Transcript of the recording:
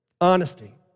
honesty